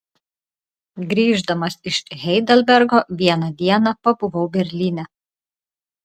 grįždamas iš heidelbergo vieną dieną pabuvau berlyne